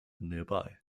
nearby